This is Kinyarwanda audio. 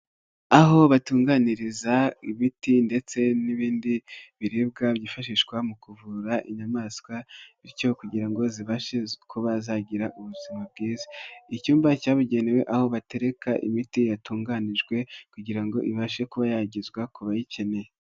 Aho batunganriza ibiti ndetse n'ibindi biribwa byifashishwa mu kuvura inyamaswa bityo kugira ngo zibashe ko bazagira ubuzima bwiza, icyumba cyabugenewe aho batereka imiti yatunganijwe kugira ngo ibashe kuba yagizwa ku bayikeneye.